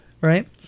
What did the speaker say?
right